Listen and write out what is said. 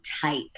type